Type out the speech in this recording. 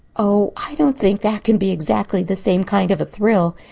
oh, i don't think that can be exactly the same kind of a thrill.